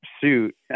suit